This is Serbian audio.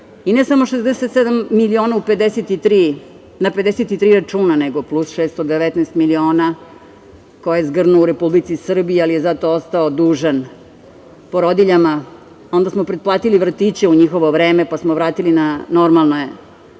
I, ne samo 67 miliona na 53 računa, nego plus 619 miliona koje je zgrnuo u Republici Srbiji, ali je zato ostao dužan porodiljama, onda smo pretplatili vrtiće u njihovo vreme, pa smo vratili na normalne